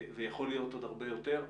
ויכול להיות עוד הרבה יותר.